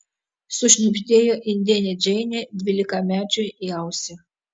sušnibždėjo indėnė džeinė dvylikamečiui į ausį